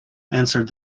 answered